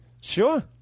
sure